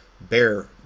bear